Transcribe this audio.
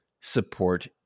support